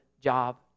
job